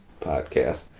podcast